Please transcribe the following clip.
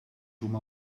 huma